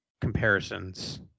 comparisons